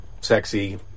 sexy